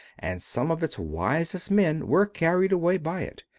and some of its wisest men were carried away by it.